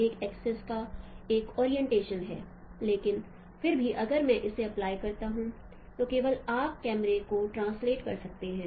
यह एक्सिस का एक ओरिएंटेशन है लेकिन फिर भी अगर मैं इसे अप्लाई करता हूं तो केवल आप कैमरे को ट्रांसलेट कर सकते हैं